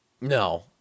No